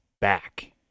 back